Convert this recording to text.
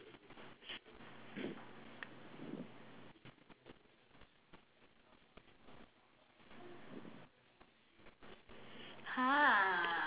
!huh!